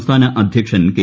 സംസ്ഥാന അധ്യക്ഷൻ കെ